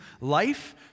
life